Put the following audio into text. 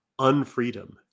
unfreedom